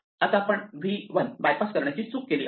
आता आपण v 1 bypass करण्याची चूक केली आहे